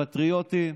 פטריוטים,